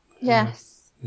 yes